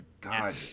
God